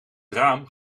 raam